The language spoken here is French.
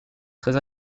très